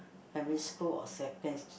primary school or second~